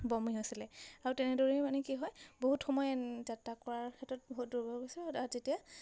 বমি হৈছিলে আৰু তেনেদৰেই মানে কি হয় বহুত সময় যাত্ৰা কৰাৰ ক্ষেত্ৰত বহুত দুৰ্বাৰ যেতিয়া